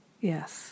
Yes